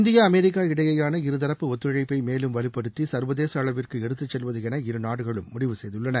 India America இடையேயாள இருதரப்பு ஒத்துழைப்பை மேலும் வலுப்படுத்தி சர்வதேச அளவிற்கு எடுத்து செல்வது என இருநாடுகளும் முடிவு செய்துள்ளன